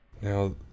Now